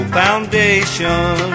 foundation